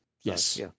Yes